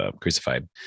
Crucified